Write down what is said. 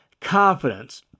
confidence